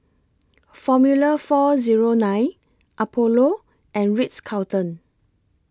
Formula four Zero nine Apollo and Ritz Carlton